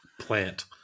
plant